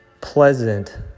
pleasant